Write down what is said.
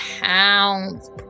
pounds